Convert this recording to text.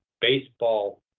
baseball